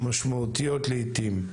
משמעותיות לעיתים,